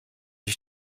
ich